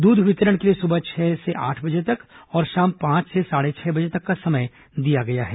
दूध वितरण के लिए सुबह छह से आठ बजे तक और शाम पांच से साढ़े छह बजे तक का समय दिया गया है